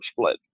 split